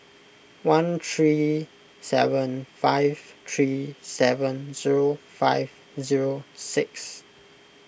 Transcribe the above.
one three seven five three seven zero five zero six